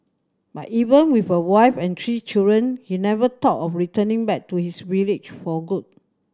but even with a wife and three children he never thought of returning back to his village for good